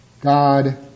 God